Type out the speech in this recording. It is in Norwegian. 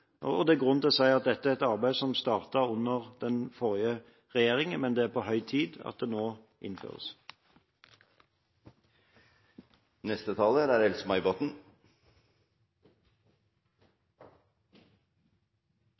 Det er grunn til å si at dette er et arbeid som startet under den forrige regjeringen, men det er på høy tid at det nå innføres. Jeg er